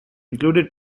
included